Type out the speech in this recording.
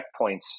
checkpoints